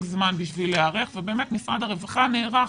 זמן כדי להיערך ובאמת משרד הרווחה נערך.